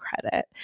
credit